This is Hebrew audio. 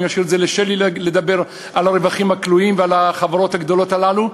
אני משאיר לשלי לדבר על הרווחים הכלואים ועל החברות הגדולות הללו.